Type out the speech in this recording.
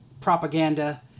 propaganda